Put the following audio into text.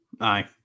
Aye